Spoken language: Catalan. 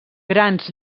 grans